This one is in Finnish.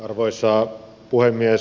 arvoisa puhemies